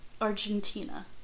Argentina